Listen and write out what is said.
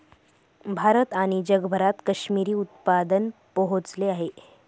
भारत आणि जगभरात काश्मिरी उत्पादन पोहोचले आहेत